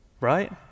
right